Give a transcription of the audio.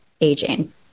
aging